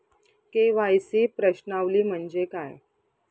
KYC प्रश्नावली म्हणजे काय?